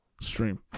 stream